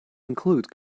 include